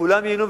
כולם ייהנו,